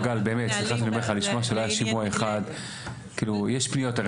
יש פניות.